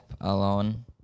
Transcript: alone